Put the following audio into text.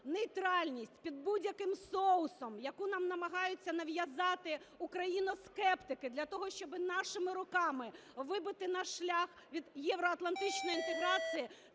Нейтральність під будь-яким соусом, яку нам намагаються нав'язати україноскептики для того, щоби нашими руками вибити наш шлях від євроатлантичної інтеграції,